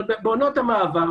בעונות המעבר,